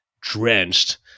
drenched